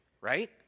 right